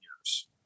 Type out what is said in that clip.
years